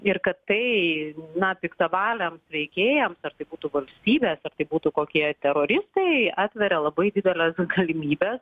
ir kad tai na piktavaliams veikėjams ar tai būtų valstybė tai būtų kokie teroristai atveria labai dideles galimybes